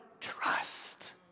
trust